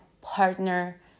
partner